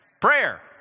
Prayer